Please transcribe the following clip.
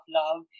love